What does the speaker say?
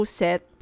set